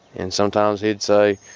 and sometimes he'd say,